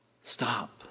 stop